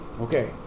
Okay